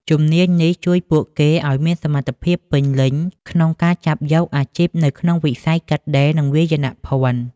ជំនាញនេះជួយពួកគេឱ្យមានសមត្ថភាពពេញលេញក្នុងការចាប់យកអាជីពនៅក្នុងវិស័យកាត់ដេរ និងវាយនភណ្ឌ។